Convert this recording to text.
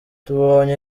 tubonye